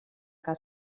que